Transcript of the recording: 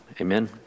Amen